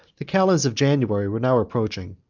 the calends of january were now approaching,